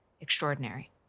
extraordinary